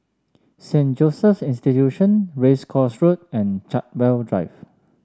Saint Joseph's Institution Race Course Road and Chartwell Drive